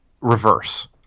reverse